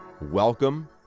welcome